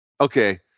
okay